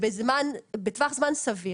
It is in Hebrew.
ובטווח זמן סביר,